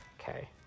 Okay